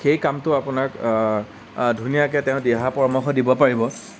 সেই কামটো আপোনাক ধুনীয়াকৈ তেওঁ দিহা পৰামৰ্শ দিব পাৰিব